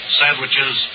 sandwiches